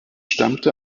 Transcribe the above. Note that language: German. stammte